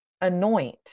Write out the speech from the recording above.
anoint